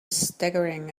staggering